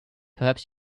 perhaps